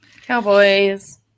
Cowboys